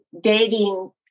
dating